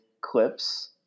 clips